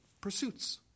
pursuits